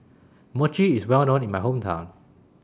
Mochi IS Well known in My Hometown